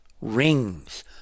rings